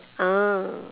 ah